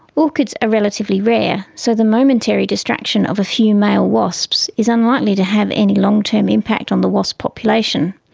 orchids are relatively rare, so the momentary distraction of a few male wasps is unlikely to have any long term impact on the wasp population.